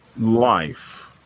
life